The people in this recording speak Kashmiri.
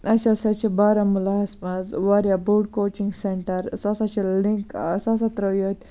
اَسہِ ہَسا چھِ بارہمُلہَس مَنٛز واریاہ بوٚڑ کوچِنٛگ سیٚنٹَر سُہ ہَسا چھِ لِنٛک سُہ ہَسا ترٲو ییٚتہ